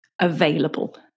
available